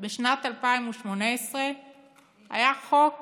בשנת 2018 היה חוק